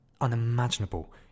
unimaginable